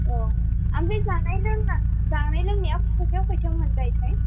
आह आमफ्राय जानाय लोंनाय जानाय लोंनाया खयथायाव खयथायाव मोनजायो थाय